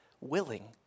willing